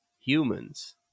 humans